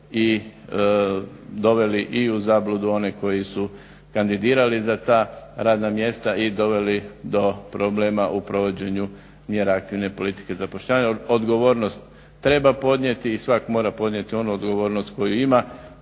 i doveli i u zabludu one koji su kandidirali za ta radna mjesta i doveli do problema u provođenju mjera aktivne politike zapošljavanja. Odgovornost treba podnijeti i svatko mora podnijeti onu odgovornost koju ima.